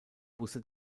busse